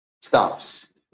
stops